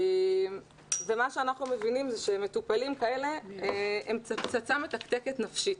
אנחנו מבינים שמטופלים כאלה הם פצצה מתקתקת נפשית.